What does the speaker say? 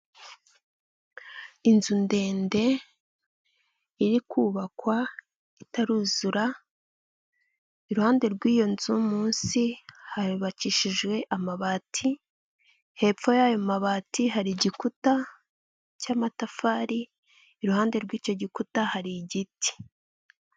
Inzu ndende iri kubakwa itaruzura, iruhande rw'iyo nzu munsi hubakishijwe amabati, hepfo y'ayo mabati hari igikuta cy'amatafari, iruhande rw'icyo gikuta hari igiti.